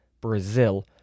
Brazil